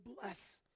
bless